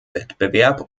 wettbewerb